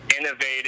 innovative